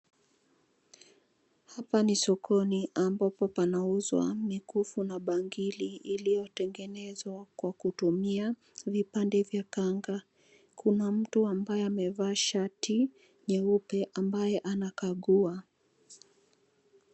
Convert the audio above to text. Hapa ni sokoni ambapo panauzwa mikufu na bangili iliyotengenezwa kwa kutumia vipande vya kanga, kuna mtu ambaye amevaa shati nyeupe ambaye anakagua.